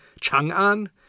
Chang'an